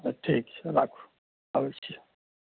तऽ ठीक छै राखू अबय छी